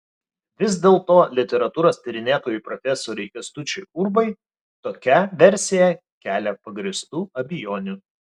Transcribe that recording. vis dėlto literatūros tyrinėtojui profesoriui kęstučiui urbai tokia versija kelia pagrįstų abejonių